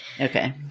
Okay